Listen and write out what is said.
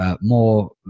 more